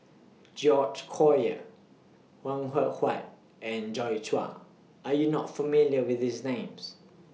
George Collyer Png Eng Huat and Joi Chua Are YOU not familiar with These Names